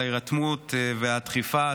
על ההירתמות והדחיפה.